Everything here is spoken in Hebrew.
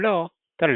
ובסמלו – טלה.